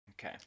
Okay